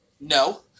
No